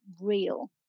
real